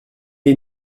est